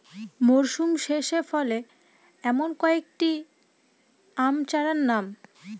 মরশুম শেষে ফলে এমন কয়েক টি আম চারার নাম?